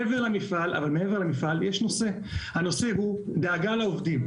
מעבר למפעל, יש נושא שהוא הדאגה לעובדים.